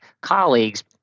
colleagues